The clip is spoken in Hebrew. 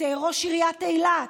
ראש עיריית אילת.